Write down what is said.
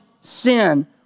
sin